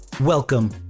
Welcome